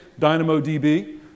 DynamoDB